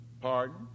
pardon